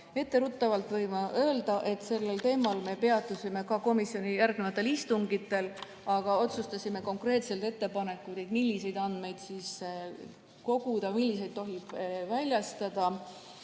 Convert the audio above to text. Etteruttavalt võin öelda, et sellel teemal me peatusime ka komisjoni järgnevatel istungitel, aga otsustasime, et konkreetselt ettepanekutega, milliseid andmeid koguda, milliseid andmeid tohib väljastada